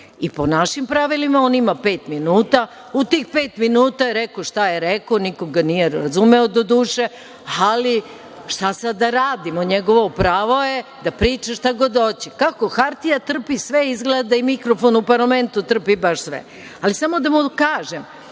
i po našim pravilima on ima pet minuta. U tih pet minuta je rekao šta je rekao. Niko ga nije razumeo doduše, ali šta sad da radimo. Njegovo pravo je da priča šta god hoće. Kako hartija trpi sve, izgleda da i mikrofon u parlamentu trpi baš sve. Samo da mu kažem,